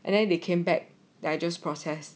and then they came back digest process